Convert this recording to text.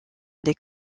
les